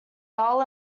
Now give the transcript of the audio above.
dal